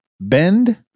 bend